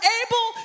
able